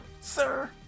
sir